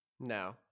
No